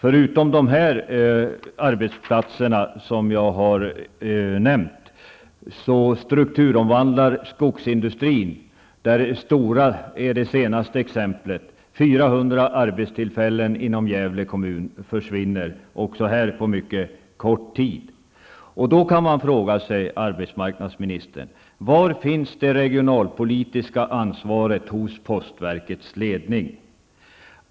Förutom att Gävle blivit av med de arbetsplatser som jag redan har nämnt strukturomvandlar skogsindustrin, där Stora är det senaste exemplet; 400 arbetstillfällen inom Gävle kommun försvinner, också här på mycket kort tid. Man kan då fråga sig, arbetsmarknadsministern: Var finns det regionalpolitiska ansvaret hos postverkets ledning?